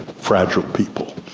fragile people.